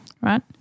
right